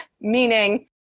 meaning